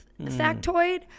factoid